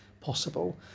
possible